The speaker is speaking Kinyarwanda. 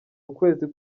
ukwezi